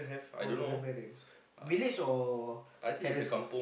oh your grandfather village or terrace house